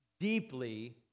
deeply